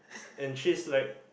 and she is like